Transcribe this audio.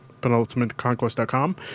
PenultimateConquest.com